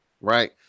right